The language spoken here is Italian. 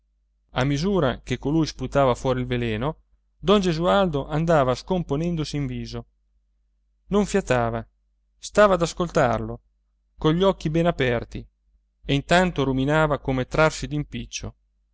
a misura che colui sputava fuori il veleno don gesualdo andava scomponendosi in viso non fiatava stava ad ascoltarlo cogli occhi bene aperti e intanto ruminava come trarsi d'impiccio